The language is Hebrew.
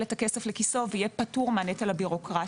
את הכסף לכיסו ויהיה פטור מהנטל הבירוקרטי.